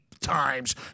times